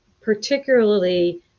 particularly